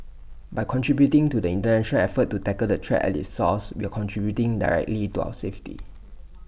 by contributing to the International effort to tackle the threat at its source we are contributing directly to our safety